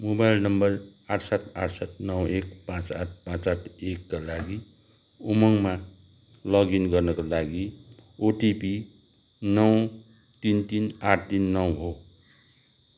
mobile number आठ सात आठ सात नौ एक पाँच आठ पाँच आठ एकका लागि उमङमा लगइन गर्नाका लागि ओटिपी नौ तिन तिन आठ तिन नौ हो